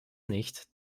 nicht